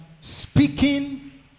speaking